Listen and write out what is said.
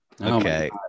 okay